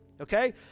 Okay